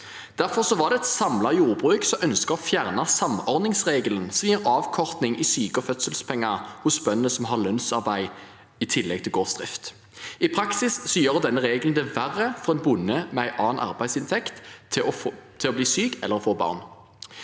2024) 4723 jordbruk som ønsket å fjerne samordningsregelen, som gir avkortning i syke- og fødselspenger hos bøndene som har lønnsarbeid i tillegg til gårdsdrift. I praksis gjør denne regelen det verre for en bonde med en annen arbeidsinntekt å bli syk eller å få barn.